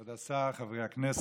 כבוד השר, חברי הכנסת,